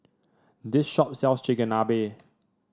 this shop sells Chigenabe